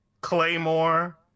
Claymore